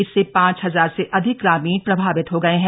इससे पांच हजार से अधिक ग्रामीण प्रभावित हो गए हैं